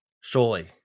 Surely